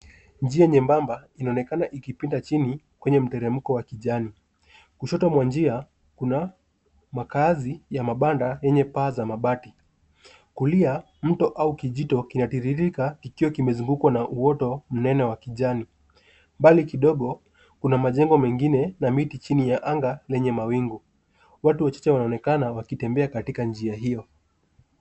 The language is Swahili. Njia nyembamba inaonekana ikipinda chini kwenye mteremko wa kijani. Kushoto mwa njia kuna makaazi ya mabanda yenye paa za mabati. Kulia mto au kijito kinatiririka kikiwa kimezungukwa na uoto mnene wa kijani. Mbali kidogo kuna majengo mengine na miti chini ya anga lenye mawingu. Watu wachache wanaonekana wakitembea katika njia hiyo.